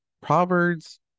Proverbs